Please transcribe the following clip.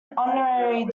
honorary